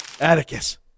Atticus